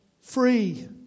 Free